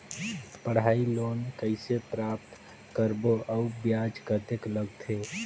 पढ़ाई लोन कइसे प्राप्त करबो अउ ब्याज कतेक लगथे?